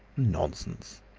nonsense!